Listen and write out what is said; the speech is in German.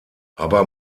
aber